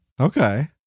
Okay